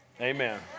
Amen